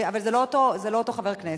אבל זה לא אותו חבר כנסת.